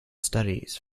studies